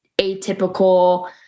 atypical